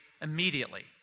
immediately